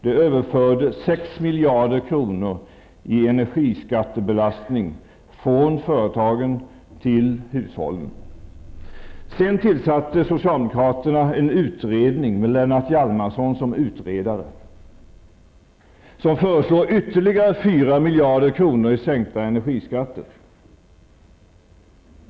Det överfördes 6 miljarder kronor i energiskattebelastning från företagen till hushållen. Sedan tillsatte socialdemokraterna en utredning med Lennart Hjalmarsson som utredare, som föreslår ytterligare 4 miljarder kronor i sänkta energiskatter.